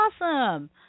awesome